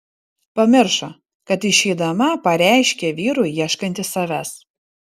pamiršo kad išeidama pareiškė vyrui ieškanti savęs